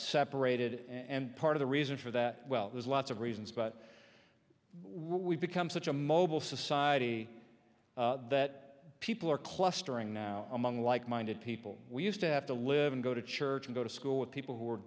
separated and part of the reason for that well there's lots of reasons but we've become such a mobile society that people are clustering now among like minded people we used to have to live and go to church and go to school with people who